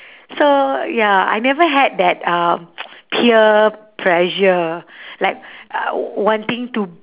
so ya I never had that uh peer pressure like uh wanting to